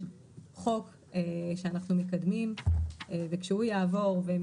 יש חוק שאנחנו מקדמים וכשהוא יעבור והם